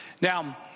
now